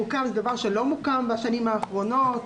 זה דבר שלא מוקם בשנים האחרונות,